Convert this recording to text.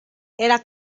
era